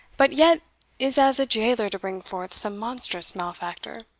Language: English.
but yet is as a jailor to bring forth some monstrous malefactor.